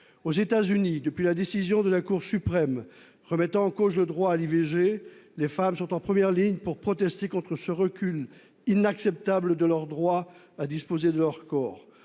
Aux États-Unis, depuis la décision de la Cour suprême remettant en cause le droit à l'interruption volontaire de grossesse (IVG), les femmes sont en première ligne pour protester contre ce recul inacceptable de leur droit à disposer de leur corps.